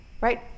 right